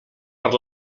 per